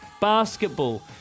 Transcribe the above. basketball